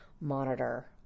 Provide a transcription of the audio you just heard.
monitor